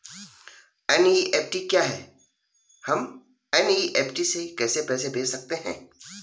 NEFT क्या है हम एन.ई.एफ.टी से कैसे पैसे भेज सकते हैं?